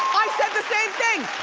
i said the same thing.